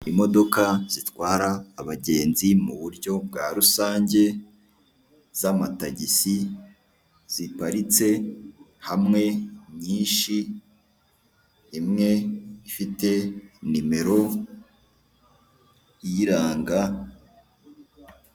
Imodoka zitwara abagenzi mu buryo bwa rusange z'amatagisi, ziparitse hamwe nyinshi, imwe ifite nimero iyiranga.